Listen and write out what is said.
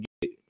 get